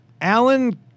Alan